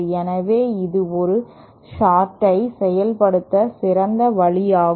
எனவே இது ஒரு சார்ட் ஐ செயல்படுத்த சிறந்த வழியாகும்